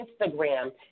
Instagram